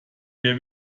wer